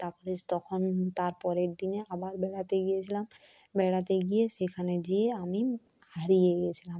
তারপরে তখন তার পরের দিনে আবার বেড়াতে গিয়েছিলাম বেড়াতে গিয়ে সেখানে গিয়ে আমি হারিয়ে গেছিলাম